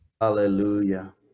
Hallelujah